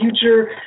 future